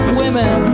women